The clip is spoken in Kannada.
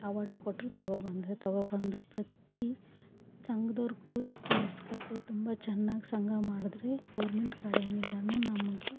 ಅವಾರ್ಡು ಕೊಟ್ಟರು ತೊಗೊಬಂದ್ವಿ ತೊಗೊಬಂದು ಪ್ರತಿ ಸಂಘದವ್ರ್ಕೂ ತಿಳಿಸಿಕೊಟ್ಟೆ ತುಂಬ ಚೆನ್ನಾಗ್ ಸಂಘ ಮಾಡಿದ್ರೆ ಗೌರ್ಮೆಂಟ್ ಕಡೆಯಿಂದ ನಮಗೆ